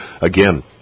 again